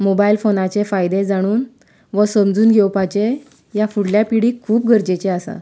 mobile फोनाचे फायदे जाणून वा समजून घेवपाचे ह्या फुडल्या पिढीक खूब गरजेचें आसा